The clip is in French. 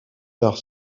tard